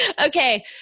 okay